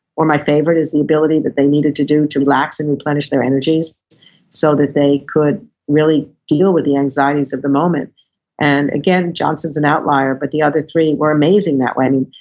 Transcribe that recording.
or my favorite is the ability that they needed to do to relax and replenish their energies so that they could really deal with the anxieties of the moment and again, johnson's an and outlayer but the other three were amazing that way.